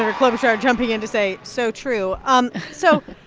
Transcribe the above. ah klobuchar jumping in to say so true. um so,